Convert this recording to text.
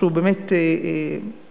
משהו באמת בלתי,